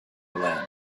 milan